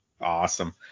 Awesome